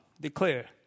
declare